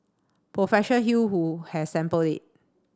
hew who has sampled it